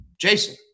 jason